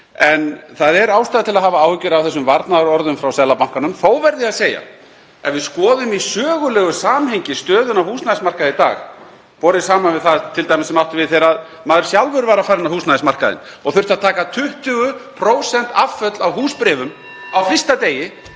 En það er ástæða til að hafa áhyggjur af þessum varnaðarorðum frá Seðlabankanum. Þó verð ég að segja: Ef við skoðum í sögulegu samhengi stöðuna á húsnæðismarkaði í dag, borið saman við það t.d. sem átti við þegar maður sjálfur var að fara inn á húsnæðismarkaðinn og þurfti að taka 20% afföll á húsbréfum (Forseti